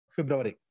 February